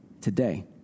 Today